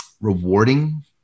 rewarding